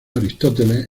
aristóteles